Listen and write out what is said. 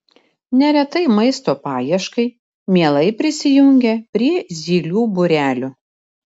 neretai maisto paieškai mielai prisijungia prie zylių būrelių